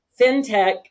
FinTech